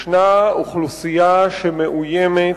יש אוכלוסייה מאוימת,